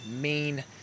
main